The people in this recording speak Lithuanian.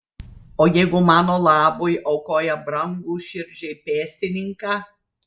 o jeigu mano labui aukoja brangų širdžiai pėstininką